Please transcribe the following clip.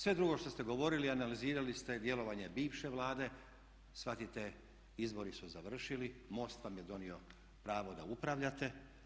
Sve drugo što ste govorili, analizirali ste djelovanje bivše Vlade, shvatite izbori su završili, MOST vam je donio pravo da upravljate.